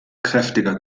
kräftiger